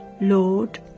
Lord